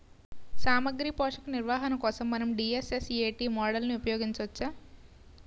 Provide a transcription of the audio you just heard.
సామాగ్రి పోషక నిర్వహణ కోసం మనం డి.ఎస్.ఎస్.ఎ.టీ మోడల్ని ఉపయోగించవచ్చా?